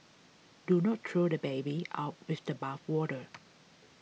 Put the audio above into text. do not throw the baby out with the bathwater